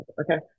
Okay